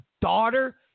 daughter